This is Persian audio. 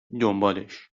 دنبالش